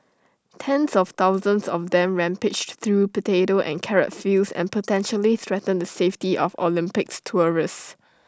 tens of thousands of them rampage through potato and carrot fields and potentially threaten the safety of Olympics tourists